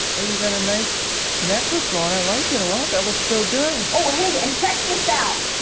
oh you got a nice necklace on. i like it a lot, that looks so good! oh hey, and check this out!